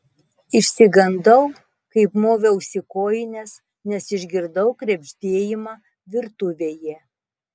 išsigandau kai moviausi kojines nes išgirdau krebždėjimą virtuvėje